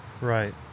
Right